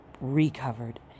recovered